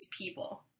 people